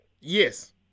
Yes